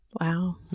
Wow